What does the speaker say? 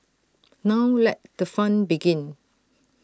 now let the fun begin